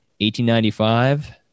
1895